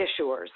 issuers